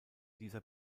dieser